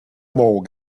mole